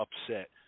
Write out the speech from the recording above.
upset